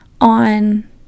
on